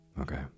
okay